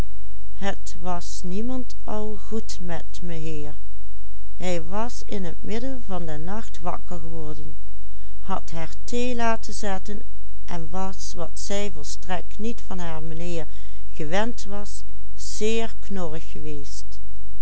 in t midden van den nacht wakker geworden had haar thee laten zetten en was wat zij volstrekt niet van haar meheer gewend was zeer